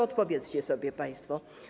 Odpowiedzcie sobie państwo.